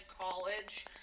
college